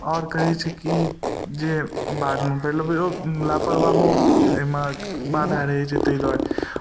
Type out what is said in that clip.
आओर कहै छै की जे बादमे पढ़ि लेबै ओ लापरवाहो अइमे बाधा रहै छै तै दुआरे